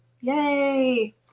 Yay